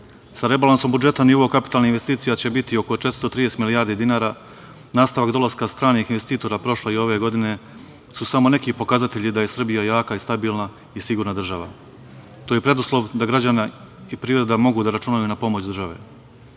rebalansom budžeta nivo kapitalnih investicija će biti oko 430 milijardi dinara. Nastavak dolaska stranih investitora prošle i ove godine su samo neki pokazatelji da je Srbija jaka i stabilna i sigurna država. To je preduslov da građani i privreda mogu da računaju na pomoć države.